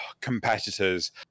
competitors